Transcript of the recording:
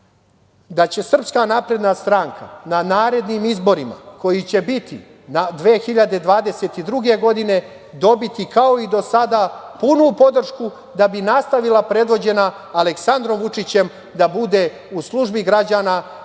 i siromašnih da će SNS na narednim izborima koji će biti 2022. godine dobiti kao i do sada punu podršku da bi nastavila predvođena Aleksandrom Vučićem da bude u službi građana i da